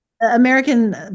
American